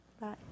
Bye